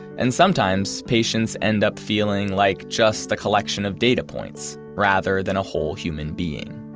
and sometimes patients end up feeling like just a collection of data points rather than a whole human being